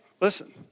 listen